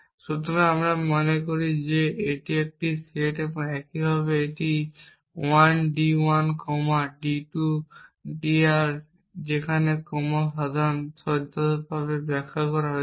সুতরাং আমরা মনে করি যে এটি একটি সেট একইভাবে এই 1 d 1 comma d 2 d R যেখানে কমা যথাযথভাবে ব্যাখ্যা করা হয়েছে